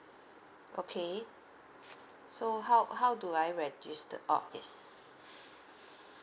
okay so how how do I registered all yes